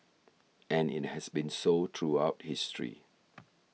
and it has been so throughout history